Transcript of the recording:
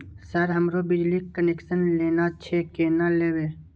Sir हमरो बिजली connection लेना छे केना लेबे?